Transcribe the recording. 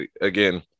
again